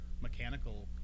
mechanical